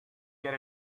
get